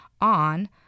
on